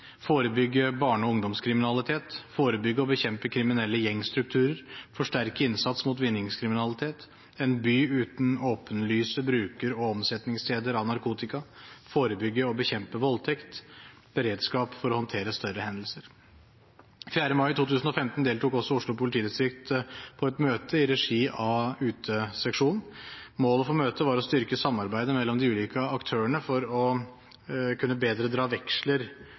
forebygge barne- og ungdomskriminalitet forebygge og bekjempe kriminelle gjengstrukturer forsterke innsats mot vinningskriminalitet en by uten åpenlyse bruker- og omsetningssteder for narkotika forebygge og bekjempe voldtekt beredskap for å håndtere større hendelser Den 4. mai 2015 deltok Oslo politidistrikt på et møte i regi av Uteseksjonen. Målet for møtet var å styrke samarbeidet mellom de ulike aktørene for bedre å kunne dra veksler